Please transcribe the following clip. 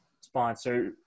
sponsor